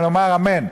ונאמר אמן,